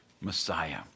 Messiah